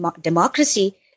democracy